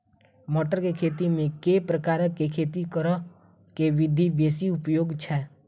मटर केँ खेती मे केँ प्रकार केँ खेती करऽ केँ विधि बेसी उपयोगी छै?